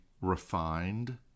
refined